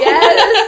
Yes